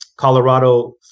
Colorado